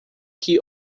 que